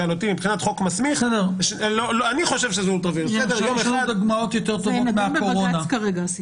יש לנו דוגמאות טובות יותר מהקורונה.